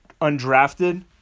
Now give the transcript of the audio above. undrafted